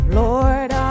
lord